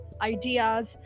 ideas